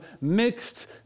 mixed